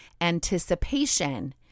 anticipation